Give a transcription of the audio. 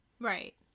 right